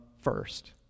first